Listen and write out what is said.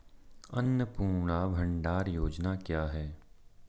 अन्नपूर्णा भंडार योजना क्या है?